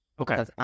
okay